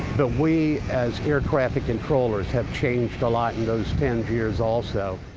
but we as air traffic controllers have changed a lot in those ten years also.